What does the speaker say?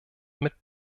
mit